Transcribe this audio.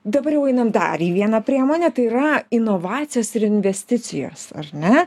dabar jau einam dar į vieną priemonę tai yra inovacijos ir investicijos ar ne